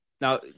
Now